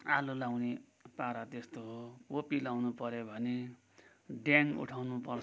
आलु लाउने पारा त्यस्तो हो कोपी लाउनु पर्यो भने ड्याङ उठाउनु पर्छ